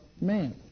man